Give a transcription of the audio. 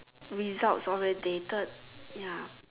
results orientated ya